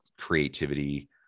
creativity